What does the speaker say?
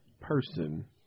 person